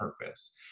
purpose